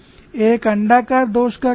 एक अण्डाकार दोष का क्या होगा